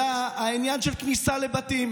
אלא העניין של כניסה לבתים